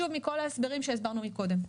שוב, מכל ההסברים שהסברנו מקודם.